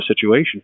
situation